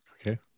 Okay